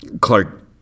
Clark